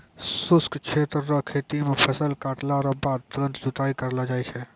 शुष्क क्षेत्र रो खेती मे फसल काटला रो बाद तुरंत जुताई करलो जाय छै